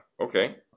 Okay